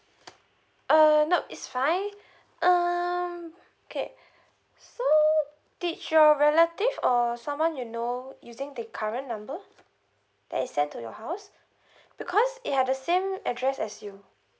uh nope it's fine um okay so did your relative or someone you know using the current number that is sent to your house because it had the same address as you